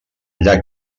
llac